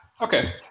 Okay